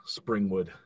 Springwood